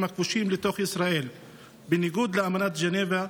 הכבושים לתוך ישראל בניגוד לאמנת ג'נבה,